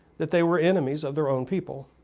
that they were enemies of their own people,